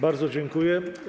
Bardzo dziękuję.